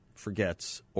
forgets